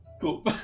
Cool